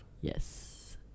yes